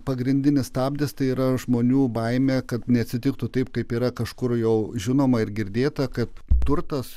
pagrindinis stabdis tai yra žmonių baimė kad neatsitiktų taip kaip yra kažkur jau žinoma ir girdėta kad turtas